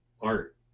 art